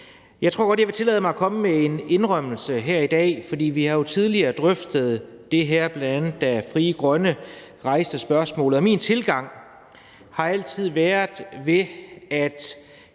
Jeg tror godt, jeg vil tillade mig at komme med en indrømmelse her i dag. For vi har jo tidligere drøftet det her, bl.a. da Frie Grønne rejste spørgsmålet, og min tilgang har altid været, at